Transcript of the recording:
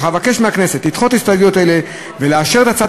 אך אבקש מהכנסת לדחות הסתייגויות אלו ולאשר את הצעת